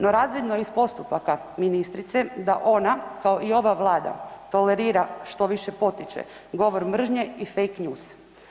No razvidno je iz postupaka ministrice da ona kao i ova Vlada tolerira što više potiče govor mržnje i fake news.